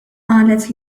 qalet